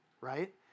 right